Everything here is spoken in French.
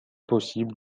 possibles